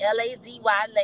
L-A-Z-Y